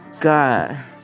God